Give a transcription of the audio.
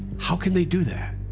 how can they do that?